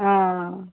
હા